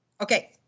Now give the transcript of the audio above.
Okay